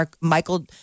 Michael